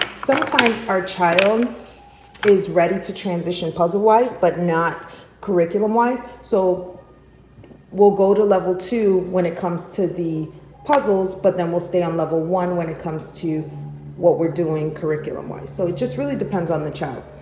sometimes our child is ready to transition puzzle wise, but not curriculum wise. so we'll go to level two when it comes to the puzzles but then we'll stay on level one when it comes to what we're doing curriculum wise. so it just really depends on the child.